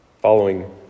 following